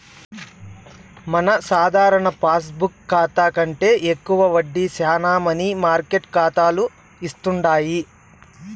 మన సాధారణ పాస్బుక్ కాతా కంటే ఎక్కువ వడ్డీ శానా మనీ మార్కెట్ కాతాలు ఇస్తుండాయి